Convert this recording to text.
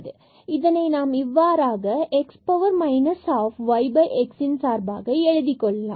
எனவே இதனை நாம் இவ்வாறாக x power minus half y x ன் சார்பாக எழுதிக் கொள்ளலாம்